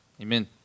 Amen